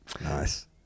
Nice